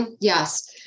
Yes